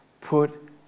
Put